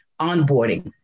Onboarding